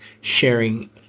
sharing